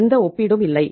எந்த ஒப்பீடும் இல்லை